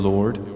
Lord